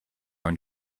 own